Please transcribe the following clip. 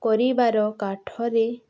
କରିବାର କାଠରେ